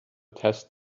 test